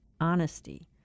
Honesty